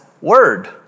word